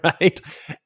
right